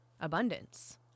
abundance